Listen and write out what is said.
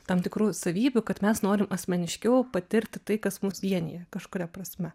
tam tikrų savybių kad mes norim asmeniškiau patirti tai kas mus vienija kažkuria prasme